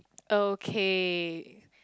okay